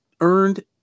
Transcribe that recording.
earned